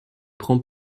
prend